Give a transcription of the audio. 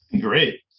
great